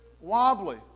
wobbly